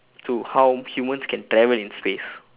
to how humans can travel in space